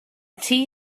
tea